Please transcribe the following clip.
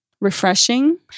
refreshing